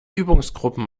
übungsgruppen